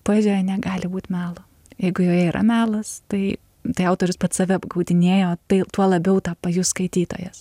poezijoje negali būt melo jeigu joje yra melas tai tai autorius pats save apgaudinėja tai tuo labiau tą pajus skaitytojas